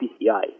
PCI